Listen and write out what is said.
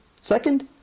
Second